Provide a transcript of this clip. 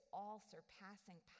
all-surpassing